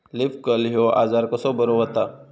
Leaf curl ह्यो आजार कसो बरो व्हता?